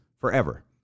forever